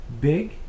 big